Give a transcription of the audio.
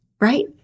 right